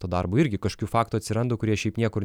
to darbo irgi kažkokių faktų atsiranda kurie šiaip niekur